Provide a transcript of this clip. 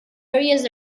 areas